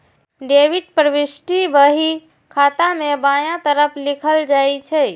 debit प्रवृष्टि बही खाता मे बायां तरफ लिखल जाइ छै